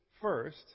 first